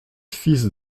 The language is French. fils